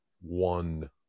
one